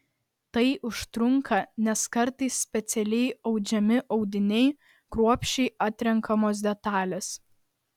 tai užtrunka nes kartais specialiai audžiami audiniai kruopščiai atrenkamos detalės